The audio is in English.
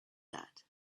that